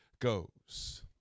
goes